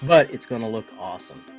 but it's gonna look awesome.